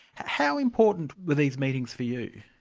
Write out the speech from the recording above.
how important were these meetings for you?